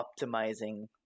optimizing